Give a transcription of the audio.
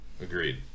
Agreed